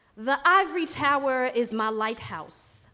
the ivory tower is my lighthouse,